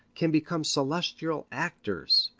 can become celestial actors.